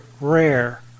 rare